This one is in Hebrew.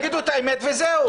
תגידו את האמת וזהו.